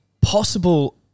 possible